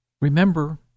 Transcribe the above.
Remember